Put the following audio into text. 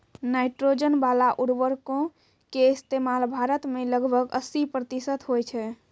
nitrogen बाला उर्वरको के इस्तेमाल भारत मे लगभग अस्सी प्रतिशत होय छै